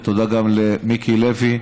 תודה גם למיקי לוי,